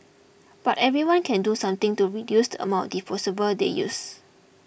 but everyone can do something to reduce the amount disposables they use